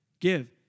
give